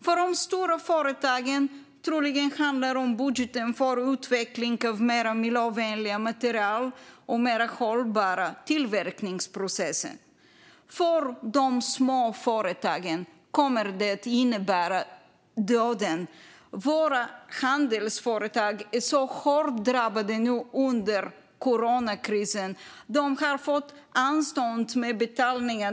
För de stora företagen handlar det troligen om budgeten för utveckling av mer miljövänliga material och mer hållbara tillverkningsprocesser. För de små företagen kommer det att innebära döden. Våra handelsföretag är hårt drabbade nu under coronakrisen. De har fått anstånd med betalningar.